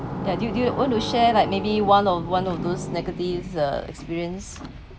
ya do you do you want to share like maybe one of one of those negative uh experience